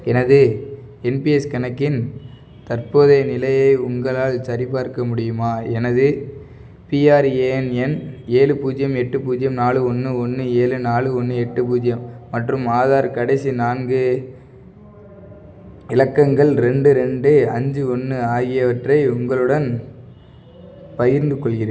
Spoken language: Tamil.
எனது என்பிஎஸ் கணக்கின் தற்போதைய நிலையை உங்களால் சரிபார்க்க முடியுமா எனது பிஆர்ஏஎன் எண் ஏழு பூஜ்ஜியம் எட்டு பூஜ்ஜியம் நாலு ஒன்று ஒன்று ஏழு நாலு ஒன்று எட்டு பூஜ்ஜியம் மற்றும் ஆதார் கடைசி நான்கு இலக்கங்கள் ரெண்டு ரெண்டு அஞ்சு ஒன்று ஆகியவற்றை உங்களுடன் பகிர்ந்துக் கொள்கிறேன்